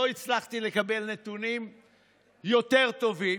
לא הצלחתי לקבל נתונים יותר טובים,